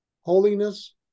Holiness